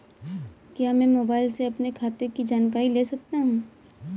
क्या मैं मोबाइल से अपने खाते की जानकारी ले सकता हूँ?